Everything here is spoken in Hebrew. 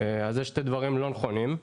אז זה שני דברים לא נכונים.